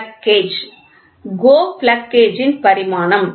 plug gauge GO plug gauge ன் பரிமாணம்